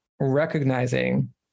recognizing